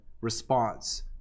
response